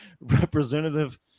representative